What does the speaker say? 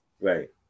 right